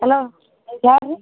hello ಯಾರು ರೀ